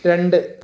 രണ്ട്